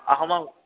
अहमव्